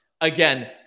Again